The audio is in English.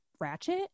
ratchet